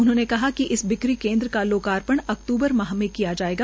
उन्होंने कहा कि इस बिक्री केन्द्र का लोकार्पण अक्तूबर माह में किया जायेगा